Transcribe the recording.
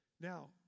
Now